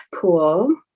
pool